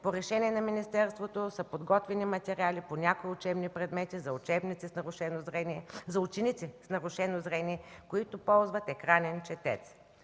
по решение на министерството са подготвени материали по някои учебни предмети за ученици с нарушено зрение, които ползват „Екранен четец”.